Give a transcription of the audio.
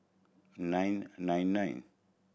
nine nine nine